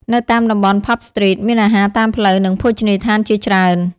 នៅតាមតំបន់ Pub Street មានអាហារតាមផ្លូវ និងភោជនីយដ្ឋានជាច្រើន ។